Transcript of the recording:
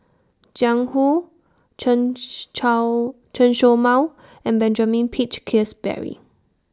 Jiang Hu Chen Chen Show Mao and Benjamin Peach Keasberry